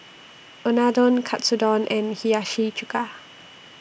Unadon Katsudon and Hiyashi Chuka